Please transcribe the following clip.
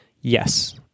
Yes